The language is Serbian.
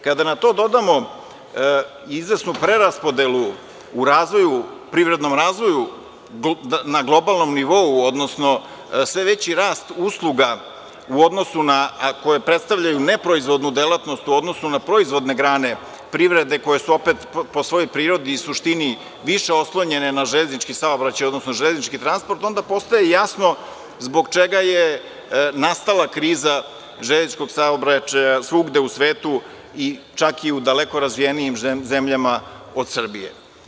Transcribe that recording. Kada na to dodamo izvesnu preraspodelu u privrednom razvoju na globalnom nivou, odnosno, sve veći rast usluga koje predstavljaju neproizvodnu delatnost u odnosu na proizvodne grane privrede koje su opet po svojoj prirodi i suštini više oslonjene na železnički saobraćaj, odnosno železnički transport, onda postaje jasno zbog čega je nastala kriza železničkog saobraćaja svugde u svetu, čak i u daleko razvijenijim zemljama od Srbije.